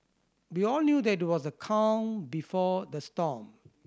we all knew that it was the calm before the storm